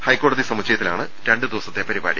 ഹൈക്കോടതി സമുച്ചയത്തിലാണ് രണ്ടു ദിവസത്തെ പരിപാടി